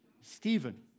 Stephen